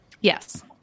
Yes